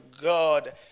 God